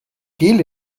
gel